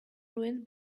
ruined